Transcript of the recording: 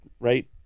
Right